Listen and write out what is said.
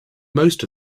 most